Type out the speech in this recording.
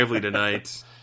tonight